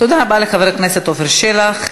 תודה רבה לחבר הכנסת עפר שלח.